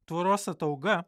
tvoros atauga